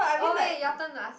oh wait your turn to ask